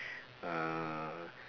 uh